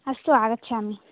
अस्तु आगच्छामि